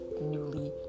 newly